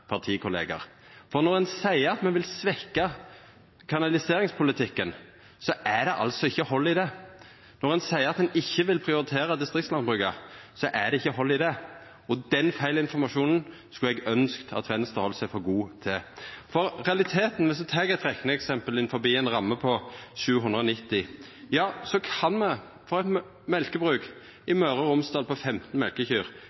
For når ein seier at me vil svekkja kanaliseringspolitikken, er det ikkje hald i det. Når ein seier at ein ikkje vil prioritera distriktslandbruket, er det ikkje hald i det. Den feilinformasjonen skulle eg ønskt at Venstre heldt seg for god til. For realiteten er at viss ein tek eit rekneeksempel innanfor ei ramme på 790 mill. kr, kan me få eit mjølkebruk